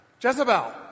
Jezebel